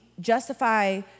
justify